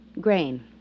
Grain